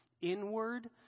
inward